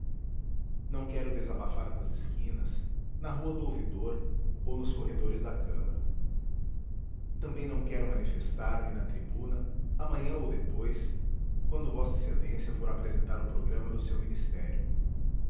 não quero desabafar nas esquinas na rua do ouvidor ou nos corredores da câmara também não quero manifestar me na tribuna amanhã ou depois quando v ex a for apresentar o programa do seu ministério